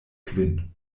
kvin